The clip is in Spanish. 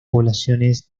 poblaciones